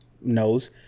knows